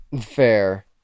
fair